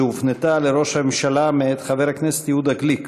שהופנתה לראש הממשלה, מאת חבר הכנסת יהודה גליק.